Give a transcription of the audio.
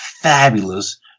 fabulous